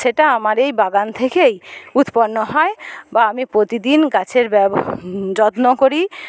সেটা আমার এই বাগান থেকেই উৎপন্ন হয় বা আমি প্রতিদিন গাছের ব্যব যত্ন করি